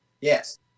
Yes